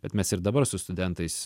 bet mes ir dabar su studentais